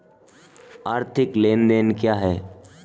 आर्थिक लेनदेन क्या है?